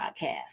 podcast